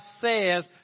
says